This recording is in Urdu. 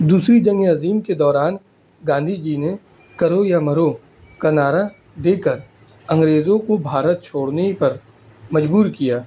دوسری جنگِ عظیم کے دوران گاندھی جی نے کرو یا مرو کا نعرہ دے کر انگریزوں کو بھارت چھوڑنے پر مجبور کیا